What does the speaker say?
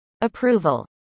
approval